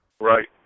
Right